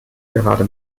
gerade